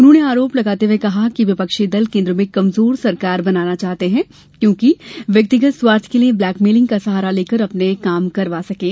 उन्होंने आरोप लगाते हुए कहा कि विपक्षी दल केन्द्र में कमजोर सरकार बनाना चाहते हैं क्योंकि व्यक्तिगत स्वार्थ के लिये ब्लेकमेलिंग का सहारा लेकर अपने काम करवा सकें